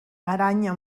aranya